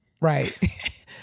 Right